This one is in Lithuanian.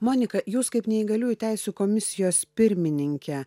monika jūs kaip neįgaliųjų teisių komisijos pirmininkė